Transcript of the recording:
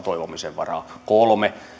toivomisen varaa kolme